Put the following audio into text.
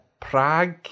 Prague